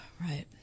Right